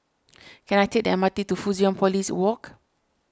can I take the M R T to Fusionopolis Walk